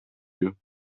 you